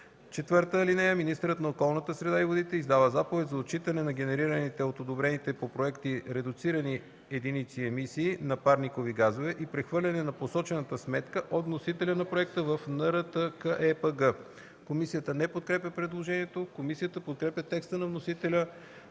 550/2011”. (4) Министърът на околната среда и водите издава заповед за отчитане на генерираните от одобрени дейности по проекти редуцирани единици емисии на парникови газове и прехвърляне по посочена сметка от вносителя на проекта в НРТКЕПГ.” Комисията не подкрепя предложението. Комисията подкрепя текста на вносителя